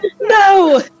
No